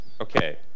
Okay